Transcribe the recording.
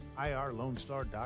irlonestar.com